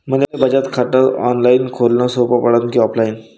मले बचत खात ऑनलाईन खोलन सोपं पडन की ऑफलाईन?